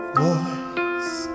voice